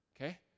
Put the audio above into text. Okay